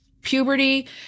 puberty